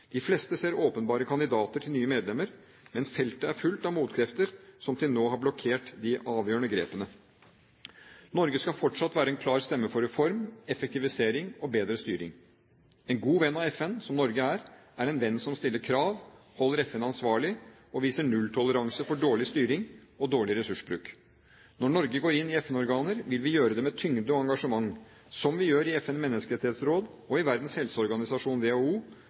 De fleste ser åpenbare kandidater til nye medlemmer, men feltet er fullt av motkrefter som til nå har blokkert de avgjørende grepene. Norge skal fortsatt være en klar stemme for reform, effektivisering og bedre styring. En god venn av FN – som Norge er – er en venn som stiller krav, holder FN ansvarlig og viser nulltoleranse for dårlig styring og dårlig ressursbruk. Når Norge går inn i FN-organer, vil vi gjøre det med tyngde og engasjement, som vi gjør i FNs menneskerettighetsråd og i Verdens helseorganisasjon, WHO,